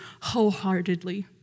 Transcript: wholeheartedly